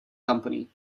company